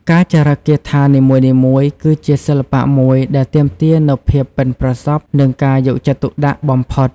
ការចារិកគាថានីមួយៗគឺជាសិល្បៈមួយដែលទាមទារនូវភាពប៉ិនប្រសប់និងការយកចិត្តទុកដាក់បំផុត។